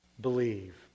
believe